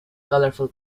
colorful